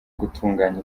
gutunganya